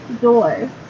doors